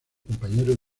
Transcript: compañero